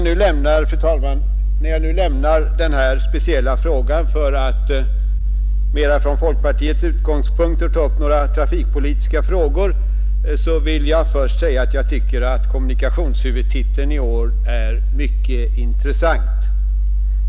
När jag nu lämnar den här speciella frågan för att från folkpartiets utgångspunkter ta upp några trafikpolitiska frågor, så vill jag först säga att jag tycker att kommunikationsnuvudtiteln i år är mycket intressant.